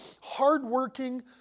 hardworking